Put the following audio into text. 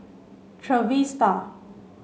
Trevista